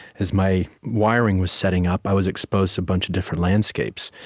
as my wiring was setting up, i was exposed to a bunch of different landscapes.